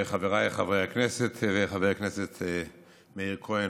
חבריי חברי הכנסת וחבר הכנסת מאיר כהן,